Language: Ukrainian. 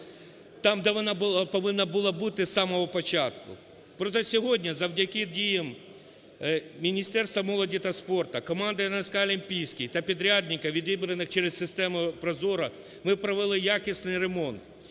там, де вона повинна була бути з самого початку. Проте сьогодні завдяки діям Міністерства молоді та спорту, команди НСК "Олімпійський" та підрядників відібраних через систему ProZorro, ми провели якісний ремонт.